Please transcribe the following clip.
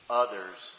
others